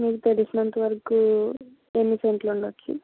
మీకు తెలిసినంతవరుకు ఎన్ని సెంట్లు ఉండవచ్చు